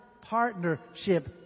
partnership